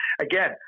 again